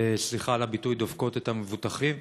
סליחה על הביטוי, דופקות את המבוטחים.